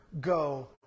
go